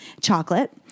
chocolate